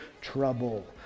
trouble